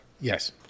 Yes